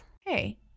Hey